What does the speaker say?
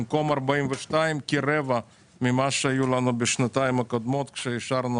כרבע ממה שהיו לנו בשנתיים הקודמות כשאישרנו